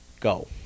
Go